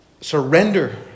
surrender